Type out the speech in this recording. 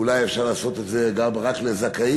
אולי אפשר לעשות את זה גם רק לזכאים,